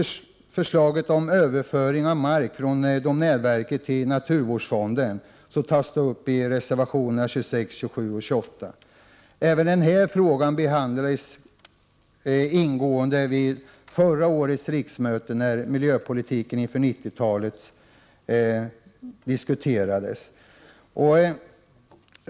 Förslag om överföring av mark från domänverket till naturvårdsfonden tas uppireservationerna 26, 27 och 28. Även denna fråga behandlades ingående vid förra årets riksmöte, då miljöpolitiken inför 90-talet diskuterades.